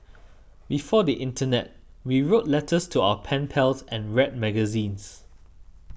before the internet we wrote letters to our pen pals and read magazines